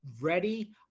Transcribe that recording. ready